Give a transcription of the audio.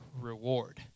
reward